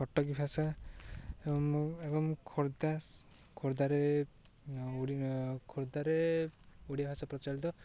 କଟକୀ ଭାଷା ଏବଂ ଖୋର୍ଦ୍ଧା ଖୋର୍ଦ୍ଧାରେ ଖୋର୍ଦ୍ଧାରେ ଓଡ଼ିଆ ଭାଷା ପ୍ରଚଳିତ